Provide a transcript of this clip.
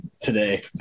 today